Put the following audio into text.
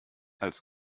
als